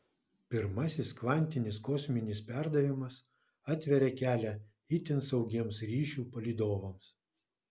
pirmasis kvantinis kosminis perdavimas atveria kelią itin saugiems ryšių palydovams